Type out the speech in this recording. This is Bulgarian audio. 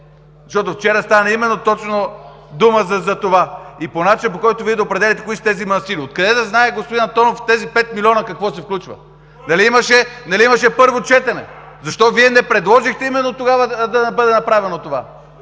Защото вчера стана именно точно дума за това и по начин, по който Вие да определяте кои са тези манастири. Откъде да знае господин Антонов в тези 5 млн. лв. какво се включва? Нали имаше първо четене? Защо Вие не предложихте именно тогава да бъде направено това?